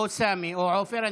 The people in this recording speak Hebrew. או סמי או עופר.